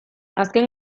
azken